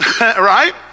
right